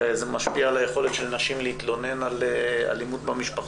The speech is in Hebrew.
זה משפיע על יכולת של נשים להתלונן על אלימות במשפחה